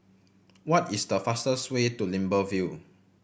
what is the fastest way to Libreville